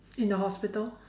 in a hospital